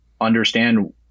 understand